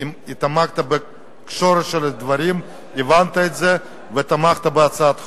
התעמקת בשורש הדברים והבנת את זה ותמכת בהצעת החוק.